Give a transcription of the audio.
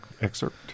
excerpt